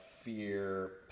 fear